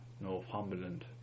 Northumberland